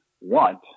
want